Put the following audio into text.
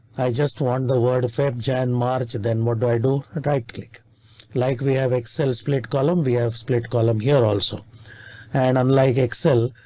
i just want the word fat giant march, then what do i do right click like we have excel split column. we have split column here also an unlike excel.